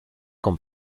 con